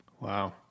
Wow